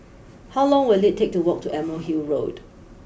how long will it take to walk to Emerald Hill Road